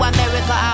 America